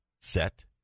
set